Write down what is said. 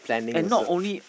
and not only